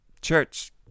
Church